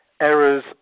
errors